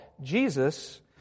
Jesus